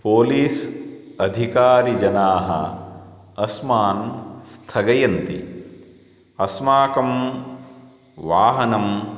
police अधिकारिजनाः अस्मान् स्थगयन्ति अस्माकं वाहनं